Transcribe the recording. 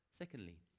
Secondly